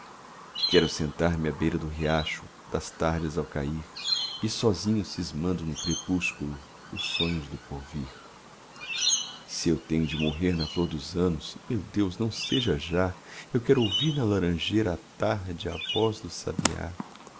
quero sentar-me à beira do riacho das tardes ao cair e sozinho cismando no crepúsculo os sonhos do porvir se eu tenho de morrer na flor dos anos meu deus não seja já eu quero ouvir na laranjeira à tarde a voz do sabiá